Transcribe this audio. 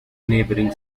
neighboring